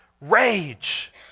rage